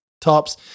tops